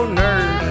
nerd